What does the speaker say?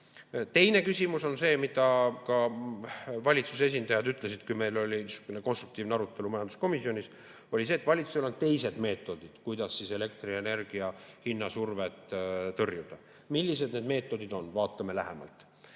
Teine küsimus on see, mida ka valitsuse esindajad ütlesid, kui meil oli niisugune konstruktiivne arutelu majanduskomisjonis, et valitsusel on teised meetodid, kuidas elektrienergia hinna survet tõrjuda. Millised need meetodid on? Vaatame lähemalt.